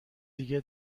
دیگه